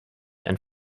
and